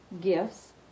gifts